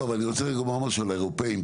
אני רוצה לומר משהו על האירופאים,